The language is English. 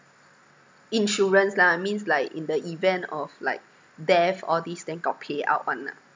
insurance lah means like in the event of like death all these then got payout [one] ah